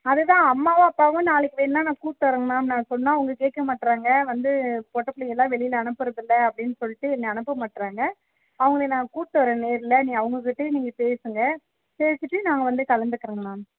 அதுதான் அம்மாவும் அப்பாவும் நாளைக்கு வேணால் நான் கூட்டுவரறேங்க மேம் நான் சொன்னால் அவங்க கேட்க மாட்டேறாங்க வந்து பொட்டைப் பிள்ளையெல்லாம் வெளியில் அனுப்புகிறதில்ல அப்படினு சொல்லிட்டு என்ன அனுப்ப மாட்டேறாங்க அவங்கள நான் கூட்டு வரறேன் நேரில் நீங்கள் அவங்கக் கிட்டேயே நீங்கள் பேசுங்க பேசிவிட்டு நான் வந்து கலந்துக்கிறேங்க மேம்